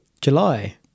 July